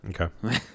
Okay